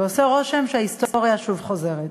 ועושה רושם שההיסטוריה שוב חוזרת.